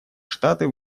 штаты